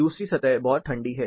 दूसरी सतह बहुत ठंडी है